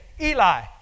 Eli